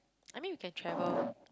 I mean we can travel